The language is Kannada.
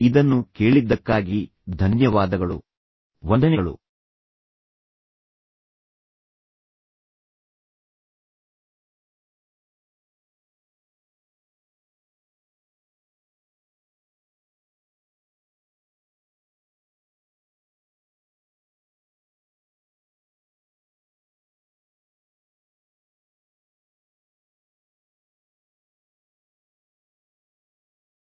ಇದನ್ನು ಕೇಳಿದ್ದಕ್ಕಾಗಿ ಧನ್ಯವಾದಗಳು ಮತ್ತು ಒತ್ತಡವನ್ನು ನಿಯಂತ್ರಿಸಲು ನೀವು ಈ ಸಲಹೆಗಳನ್ನು ಬಳಸುತ್ತೀರಿ ಮತ್ತು ಬಹಳ ಕೃತಜ್ಞತೆಯ ಜೀವನವನ್ನು ನಡೆಸುತ್ತೀರಿ ಎಂದು ನಾನು ಭಾವಿಸುತ್ತೇನೆ